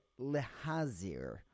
Lehazir